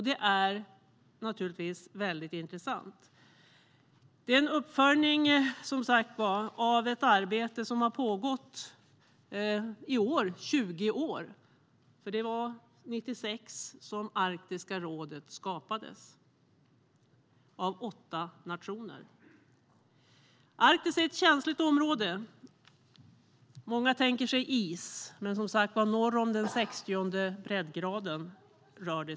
Det är naturligtvis väldigt intressant. Det är som sagt en uppföljning av ett arbete som i år har pågått i 20 år. Det var 1996 som Arktiska rådet skapades av åtta nationer. Arktis är ett känsligt område. Många tänker sig is. Men det rör sig som sagt var om området norr om den 60:e breddgraden.